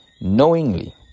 knowingly